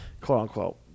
Quote-unquote